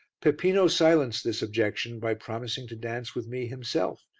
peppino silenced this objection by promising to dance with me himself,